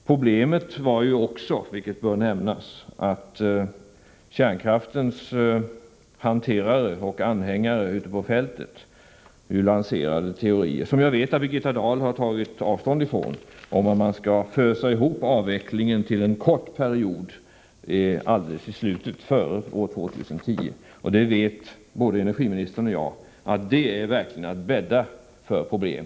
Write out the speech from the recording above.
Problemet var ju också, vilket bör nämnas, att kärnkraftens hanterare och anhängare ute på fältet lanserade teorier, som jag vet att Birgitta Dahl har tagit avstånd ifrån, om att man skall ”fösa” ihop avvecklingen till en kort period strax före år 2010. Både energiministern och jag vet att detta verkligen skulle vara att skapa problem.